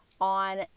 on